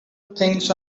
things